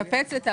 אנפץ את זה.